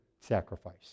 sacrifice